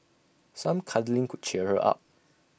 some cuddling could cheer her up